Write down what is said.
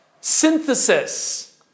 Synthesis